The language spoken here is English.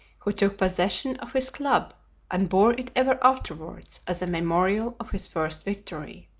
who took possession of his club and bore it ever afterwards as a memorial of his first victory.